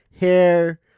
hair